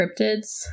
cryptids